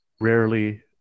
rarely